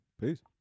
peace